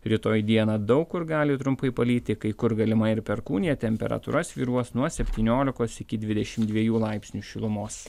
rytoj dieną daug kur gali trumpai palyti kai kur galima ir perkūnija temperatūra svyruos nuo septyniolikos iki dvidešim dviejų laipsnių šilumos